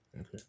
Okay